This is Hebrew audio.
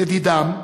לדידם,